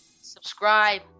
Subscribe